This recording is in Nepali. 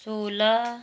सोह्र